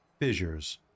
Fissures